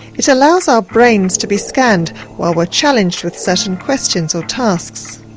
it allows our brains to be scanned while we're challenged with certain questions or tasks.